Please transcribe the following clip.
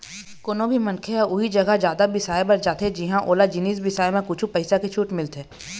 कोनो भी मनखे ह उही जघा जादा बिसाए बर जाथे जिंहा ओला जिनिस बिसाए म कुछ पइसा के छूट मिलथे